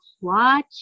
watch